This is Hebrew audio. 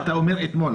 אתה אומר "אתמול".